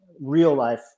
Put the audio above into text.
real-life